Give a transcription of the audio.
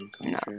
No